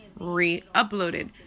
re-uploaded